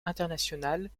internationale